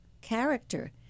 character